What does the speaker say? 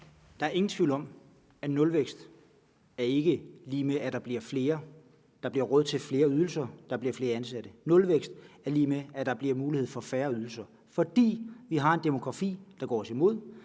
Der er ingen tvivl om, at nulvækst ikke er lig med, at der bliver råd til flere ydelser og flere ansatte. Nulvækst er lig med, at der bliver mulighed for færre ydelser, fordi vi har en demografisk udvikling, der går os imod,